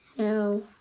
know,